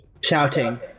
shouting